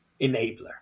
enabler